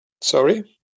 sorry